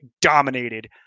dominated